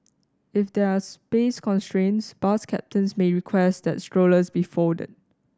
if there are space constraints bus captains may request that strollers be folded